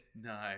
no